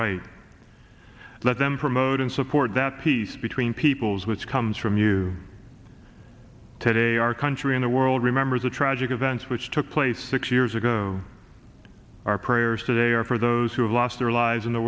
right let them promote and support that peace between peoples which comes from you today our country in the world remembers the tragic events which took place six years ago our prayers today are for those who have lost their lives in the